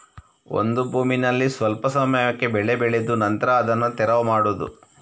ಒಂದು ಭೂಮಿನಲ್ಲಿ ಸ್ವಲ್ಪ ಸಮಯಕ್ಕೆ ಬೆಳೆ ಬೆಳೆದು ನಂತ್ರ ಅದನ್ನ ತೆರವು ಮಾಡುದು